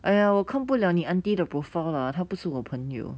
!aiya! 我看不到你 auntie 的 profile lah 他不是我朋友